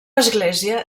església